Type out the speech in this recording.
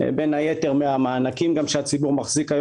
בין היתר מהמענקים שהציבור מחזיק.